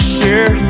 Share